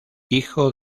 hijo